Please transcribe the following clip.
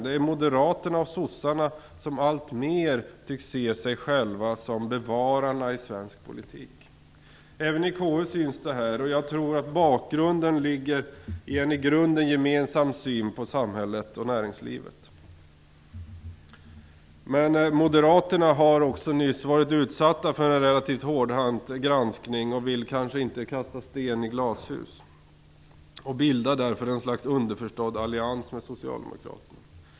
Det är moderaterna och sossarna som allt mer tycks se sig själva som bevararna i svensk politik. Även i KU syns det här, och jag tror att bakgrunden ligger i en i grunden gemensam syn på samhället och näringslivet. Men Moderaterna har också nyss varit utsatta för en relativt hårdhänt granskning och vill kanske inte kasta sten i glashus. Därför bildar man ett slags underförstådd allians med Socialdemokraterna.